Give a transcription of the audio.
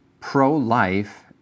pro-life